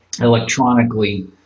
electronically